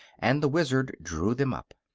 and the wizard drew them up.